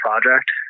project